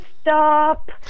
stop